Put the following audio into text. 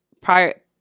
prior